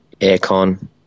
Aircon